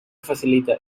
facilita